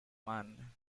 man